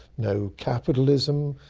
no capitalism,